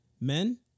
men